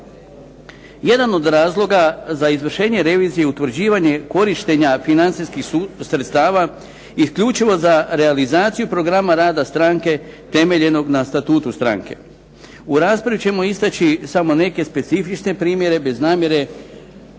Jedan od razloga za izvršenje revizije i utvrđivanje korištenja financijskih sredstava isključivo za realizaciju programa rada stranke temeljenog na statutu stranke. U raspravi ćemo istaći samo neke specifične primjere bez namjere